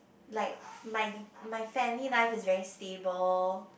like my my family life is very stable